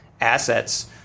assets